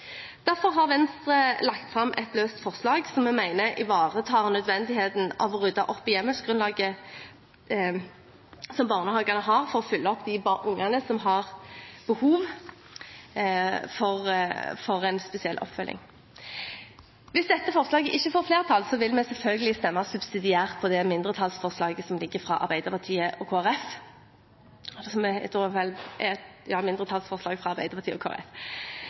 Derfor har Venstre lagt fram et forslag, som vi mener ivaretar nødvendigheten av å rydde opp i hjemmelsgrunnlaget som barnehagene har for å følge opp de ungene som har behov for en spesiell oppfølging. Hvis dette forslaget ikke får flertall, vil vi selvfølgelig stemme subsidiært for det mindretallsforslaget som foreligger fra Arbeiderpartiet og Kristelig Folkeparti. Slik vi i Venstre ser det, er det viktigste i å sørge for barns utvikling at vi har kompetente voksne i barnehagene. Det er